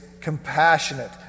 compassionate